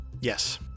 Yes